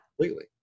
completely